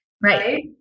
right